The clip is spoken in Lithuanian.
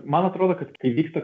man atrodo kad kai vyksta